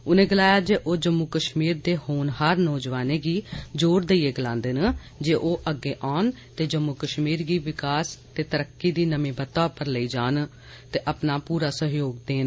उनें गलाया जे ओह् जम्मू कश्मीर दे होनहार नौजवानें गी जोर देईयै गलान्दे न जे ओह् अग्गै औन ते जम्मू कश्मीर गी विकास ते तरक्की नमीं बत्ता उप्पर लेई जाने च अपना योगदान देन